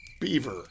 Beaver